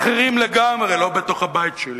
אחרים לגמרי, לא בתוך הבית שלי.